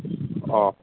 অঁ